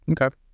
Okay